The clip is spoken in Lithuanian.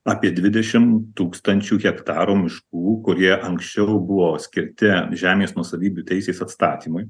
apie dvidešitm tūkstančių hektarų miškų kurie anksčiau buvo skirti žemės nuosavybių teisės atstatymui